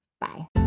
Bye